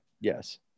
yes